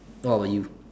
what about you